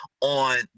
on